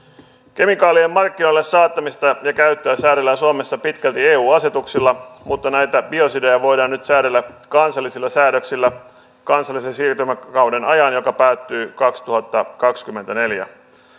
kemikaalien markkinoille saattamista ja käyttöä säädellään suomessa pitkälti eu asetuksilla mutta näitä biosidejä voidaan nyt säädellä kansallisilla säädöksillä kansallisen siirtymäkauden ajan joka päättyy kaksituhattakaksikymmentäneljä